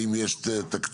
האם יש תקציב,